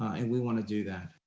and we wanna do that.